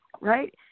right